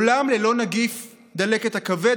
עולם ללא נגיף דלקת הכבד,